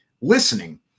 listening